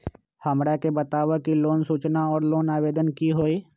हमरा के बताव कि लोन सूचना और लोन आवेदन की होई?